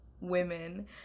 women